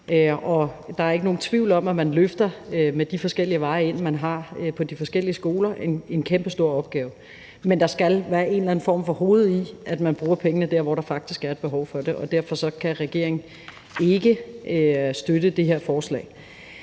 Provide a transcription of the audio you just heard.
der er ikke nogen tvivl om, at man med de forskellige veje ind, man har på de forskellige skoler, løfter en kæmpestor opgave. Men der skal være en eller anden form for fornuft i, at man bruger pengene der, hvor der faktisk er et behov for det, og derfor kan regeringen ikke støtte det her forslag.